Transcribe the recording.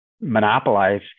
monopolize